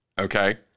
okay